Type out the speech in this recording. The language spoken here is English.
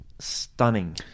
stunning